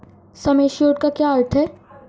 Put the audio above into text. सम assured का क्या अर्थ है?